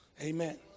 Amen